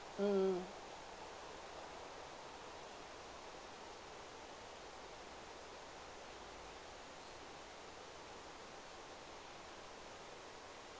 mm